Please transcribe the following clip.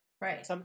right